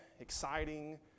exciting